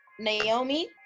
Naomi